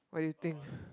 what do you think